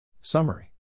Summary